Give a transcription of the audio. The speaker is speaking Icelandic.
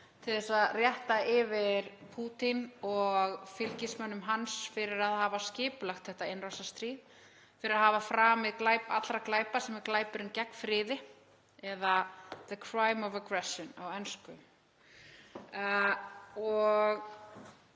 til að rétta yfir Pútín og fylgismönnum hans fyrir að hafa skipulagt þetta innrásarstríð, fyrir að hafa framið glæp allra glæpa sem er glæpurinn gegn friði eða „the crime of aggression“ á ensku. Ég